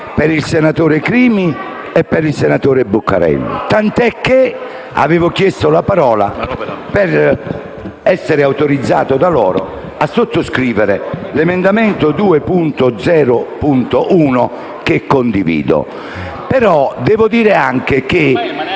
per il senatore Crimi e per il senatore Buccarella, tanto che avevo chiesto la parola per essere autorizzato da loro a sottoscrivere l'emendamento 2.0.1, che condivido. A proposito di questi